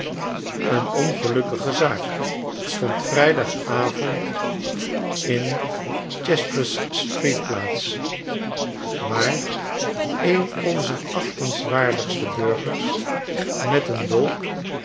een ongelukkige zaak vond vrijdagavond in chastres street plaats waar een onzer achtingswaardigste burgers met een dolk